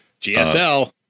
GSL